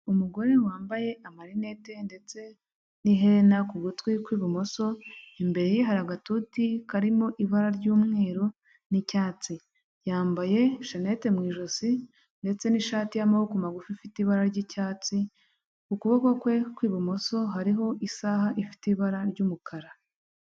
Umugore wambaye amarineti ndetse n'ihene ku gutwi kw'ibumoso imbere hari agatuti karimo ibara ry'umweru n'icyatsi yambaye jenette mu ijosi ndetse n'ishati y'amaboko magufi ifite ibara ry'icyatsi ukuboko kwe kw'ibumoso hariho isaha ifite ibara ry'umukara.